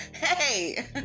Hey